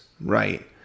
right